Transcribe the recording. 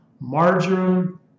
marjoram